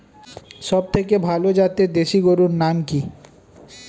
সবথেকে ভালো জাতের দেশি গরুর নাম কি?